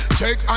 Check